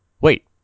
Wait